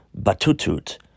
Batutut